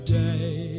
day